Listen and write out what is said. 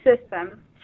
system